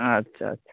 ᱟᱪᱷᱟ ᱟᱪᱷᱟ